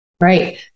Right